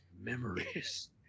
memories